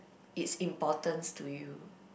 it's importance to you